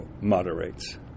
moderates